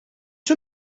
you